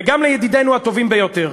וגם לידידינו הטובים ביותר.